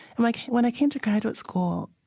and like when i came to graduate school,